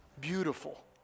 beautiful